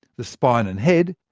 the spine and head,